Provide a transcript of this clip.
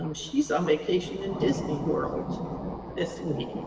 um she's on vacation in disneyworld this week.